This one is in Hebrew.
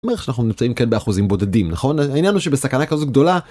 אומר שאנחנו נמצאים כן באחוזים בודדים נכון העניין הוא שבסכנה כזו גדולה.